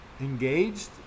engaged